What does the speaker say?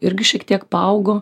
irgi šiek tiek paaugo